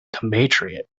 compatriot